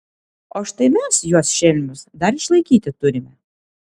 o štai mes juos šelmius dar išlaikyti turime